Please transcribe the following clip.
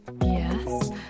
yes